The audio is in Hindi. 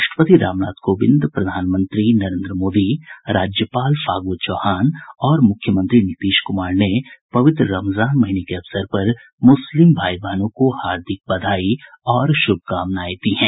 राष्ट्रपति रामनाथ कोविंद प्रधानमंत्री नरेन्द्र मोदी राज्यपाल फागू चौहान और मुख्यमंत्री नीतीश कुमार ने पवित्र रमजान महीने के अवसर पर मुस्लिम भाई बहनों को हार्दिक बधाई और शुभकामना दी है